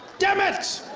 dammit!